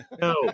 No